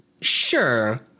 sure